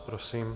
Prosím.